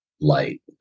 light